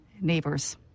neighbors